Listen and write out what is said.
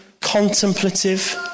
contemplative